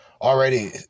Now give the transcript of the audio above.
already